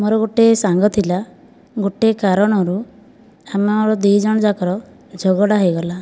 ମୋର ଗୋଟିଏ ସାଙ୍ଗ ଥିଲା ଗୋଟିଏ କାରଣରୁ ଆମର ଦୁଇ ଜଣଙ୍କର ଝଗଡ଼ା ହୋଇଗଲା